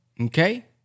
Okay